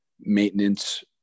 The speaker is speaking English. maintenance